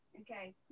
Okay